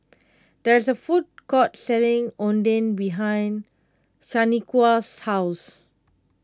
there is a food court selling Oden behind Shaniqua's house